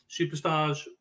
superstars